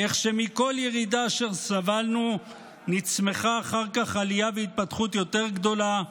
איך שמכל ירידה אשר סבלנו נצמחה אחר כך עלייה והתפתחות יותר גדולה,